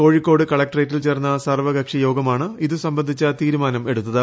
കോഴിക്കോട് കളക്ട്രേറ്റിൽ ചേർന്ന സർവകക്ഷിയോഗമാണ് ഇത് സംബന്ധിച്ച തീരുമാനം എടുത്തത്